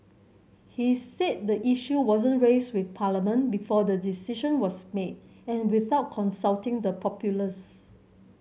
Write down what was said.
he said the issue wasn't raised with Parliament before the decision was made and without consulting the populace